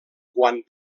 quan